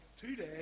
today